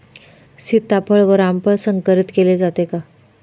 सीताफळ व रामफळ संकरित केले जाते का?